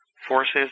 forces